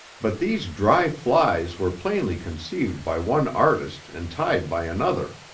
but these dry flies were plainly conceived by one artist and tied by another.